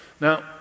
Now